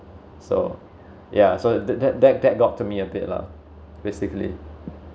so ya so that that that that got to me a bit lah basically